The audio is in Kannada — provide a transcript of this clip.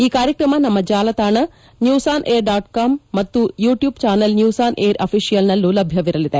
ಈ ಕಾರ್ಯಕ್ರಮ ನಮ್ಮ ಜಾಲತಾಣ news on air dot com ಮತ್ತು ಯೂಟ್ಕೂಬ್ ಚಾನಲ್ ನ್ಕೂನ್ ಆನ್ ಏರ್ ಅಫಿಶಿಯಲ್ನಲ್ಲೂ ಲಭ್ಯವಿರಲಿದೆ